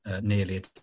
nearly